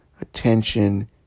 attention